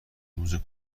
روز